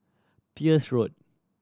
Peirce Road